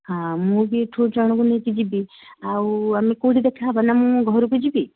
ହଁ ମୁଁ ବି ଏଠୁ ଜଣଙ୍କୁ ନେଇକି ଯିବି ଆଉ ଆମେ କେଉଁଠି ଦେଖା ହେବାନା ମୁଁ ଘରକୁ ଯିବି